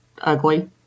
ugly